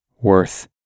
worth